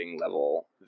level